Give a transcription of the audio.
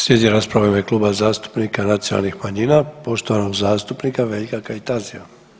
Slijedi rasprava u ime Kluba zastupnika Nacionalnih manjina poštovanog zastupnika Veljka Kajtazija.